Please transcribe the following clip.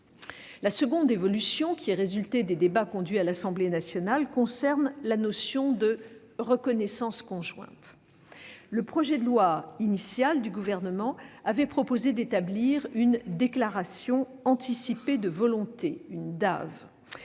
La seconde évolution qui a résulté des débats conduits à l'Assemblée nationale concerne la notion de reconnaissance conjointe. Dans le projet de loi initial, le Gouvernement avait proposé d'établir une déclaration anticipée de volonté (DAV).